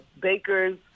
bakers